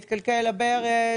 התקלקל הברז,